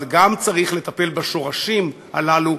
אבל צריך לטפל גם בשורשים הללו,